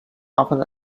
often